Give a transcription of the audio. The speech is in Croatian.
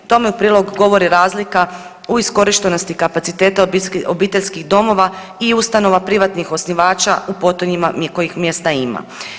Tome u prilog govori razlika u iskorištenosti kapaciteta obiteljskih domova i ustanova privatnih osnivača u potonjima kojih mjesta ima.